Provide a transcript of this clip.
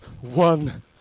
one